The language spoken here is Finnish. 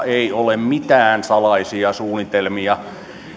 ei ole mitään salaisia suunnitelmia